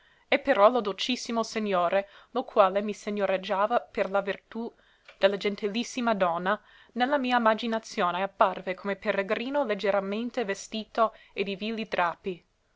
e però lo dolcissimo segnore lo quale mi segnoreggiava per la vertù de la gentilissima donna ne la mia imaginazione apparve come peregrino leggeramente vestito e di vili drappi